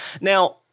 Now